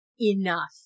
enough